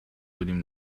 بودیم